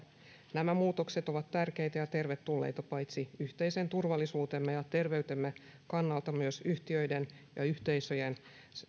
nämä muutokset ovat tärkeitä ja tervetulleita paitsi yhteisen turvallisuutemme ja terveytemme kannalta myös yhtiöiden ja yhteisöjen